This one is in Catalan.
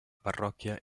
parròquia